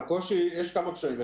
יש כמה קשיים,